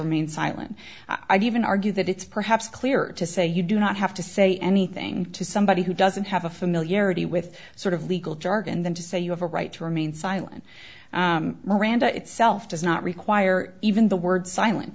remain silent i'd even argue that it's perhaps clearer to say you do not have to say anything to somebody who doesn't have a familiarity with sort of legal jargon than to say you have a right to remain silent miranda itself does not require even the word silent